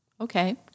okay